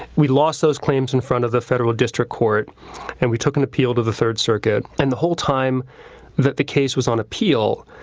we lost those claims in front of the federal district court and we took an appeal to the third circuit and the whole time that the case was on appeal,